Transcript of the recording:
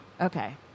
okay